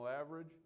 average